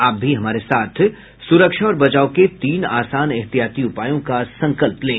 आप भी हमारे साथ सुरक्षा और बचाव के तीन आसान एहतियाती उपायों का संकल्प लें